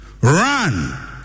Run